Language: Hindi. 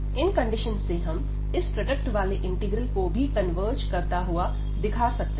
इन कंडीशन से हम इस प्रोडक्ट वाले इंटीग्रल को भी कन्वर्ज करता हुआ दिखा सकते हैं